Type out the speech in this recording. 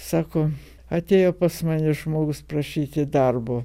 sako atėjo pas mane žmogus prašyti darbo